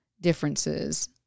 differences